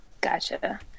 Gotcha